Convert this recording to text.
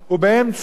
ובאמצע,